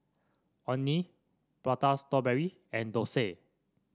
Orh Nee Prata Strawberry and dosa